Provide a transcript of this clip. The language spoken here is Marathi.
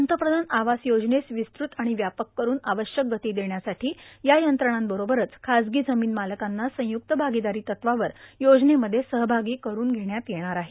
पंतप्रधान आवाय योजनेस विस्तृत आणि व्यापक करून आवश्यक गती देण्यासाठी या यंत्रणांबरोबरच खासगी जमीन मालकांना संयुक्त भागीदारी तत्त्वावर योजनेमध्ये सहभागी करून घेण्यात येणार आहे